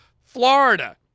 Florida